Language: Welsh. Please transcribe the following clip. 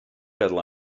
feddwl